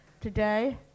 today